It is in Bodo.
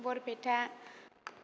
बरपेटा